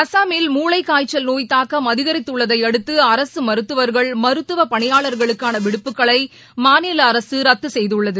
அசாமில் மூளைக்காய்ச்சல் நோய் தாக்கம் அதிகரித்துள்ளதை அடுத்து அரசு மருத்துவர்கள் மருத்துவ பணியளார்களுக்கான விடுப்புகளை மாநில ரத்து செய்துள்ளது